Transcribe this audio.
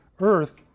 Earth